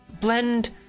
blend